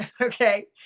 Okay